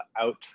out